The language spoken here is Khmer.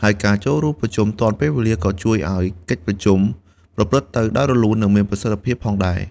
ហើយការចូលរួមប្រជុំទាន់ពេលវេលា ក៏ជួយឲ្យកិច្ចប្រជុំប្រព្រឹត្តទៅដោយរលូន និងមានប្រសិទ្ធភាពផងដែរ។